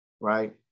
right